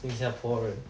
新加坡人